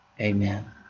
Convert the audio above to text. Amen